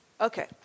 Okay